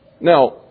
Now